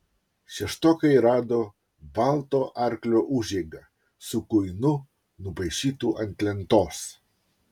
šeštokai rado balto arklio užeigą su kuinu nupaišytu ant lentos